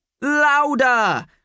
Louder